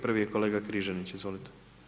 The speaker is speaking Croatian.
Prvi je kolega Križanić, izvolite.